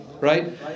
right